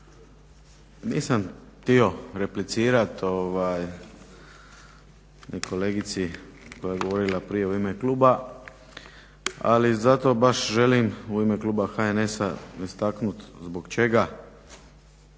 Nisam htio replicirati ni kolegici koja je govorila prije u ime kluba, ali zato baš želim u ime kluba HNS-a istaknuti zbog čega